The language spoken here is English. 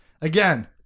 Again